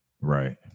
Right